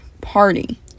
party